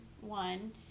one